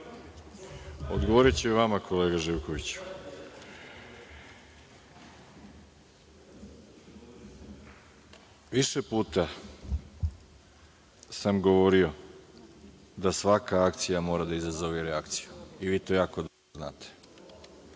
i vama kolega Živkoviću. Više puta sam govorio da svaka akcija mora da izazove reakciju, i vi to jako dobro znate.